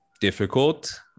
difficult